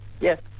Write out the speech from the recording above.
Yes